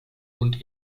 und